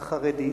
החרדית,